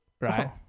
Right